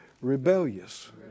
Rebellious